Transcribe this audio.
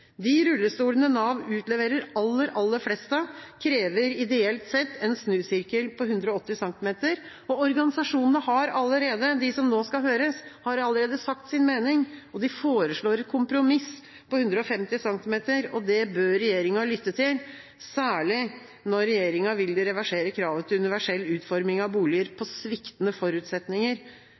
De rullestolene Nav utleverer aller, aller flest av, krever ideelt sett en snusirkel på 180 cm. Organisasjonene som nå skal høres, har allerede sagt sin mening, og de foreslår et kompromiss på 150 cm. Det bør regjeringa lytte til, særlig når regjeringa vil reversere kravet til universell utforming av boliger på sviktende forutsetninger.